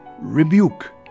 rebuke